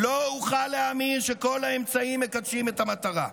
'לא אוכל להאמין שכל האמצעים מקדשים את המטרה.